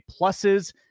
pluses